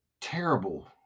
terrible